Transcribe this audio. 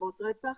לרבות רצח.